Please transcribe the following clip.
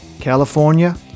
California